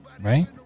right